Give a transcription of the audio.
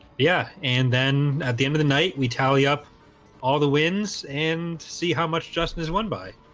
yeah, and then at the end of the night we tally up all the wins and see how much justin is won by